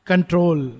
Control